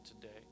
today